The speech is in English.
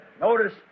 Notice